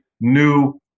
new